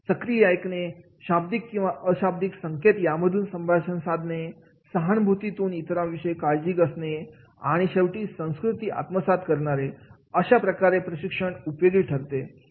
सक्रिय ऐकणे शाब्दिक किंवा अशाब्दिक संकेत यामधून संभाषण साधने सहानुभूती तून इतरांविषयी काळजी असणे आणि शेवटी संस्कृती आत्मसात करणारे अशा प्रकारे प्रशिक्षण उपयोगी ठरतात